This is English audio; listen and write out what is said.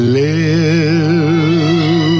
live